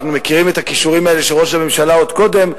אנחנו מכירים את הכישורים האלה של ראש הממשלה עוד מקודם,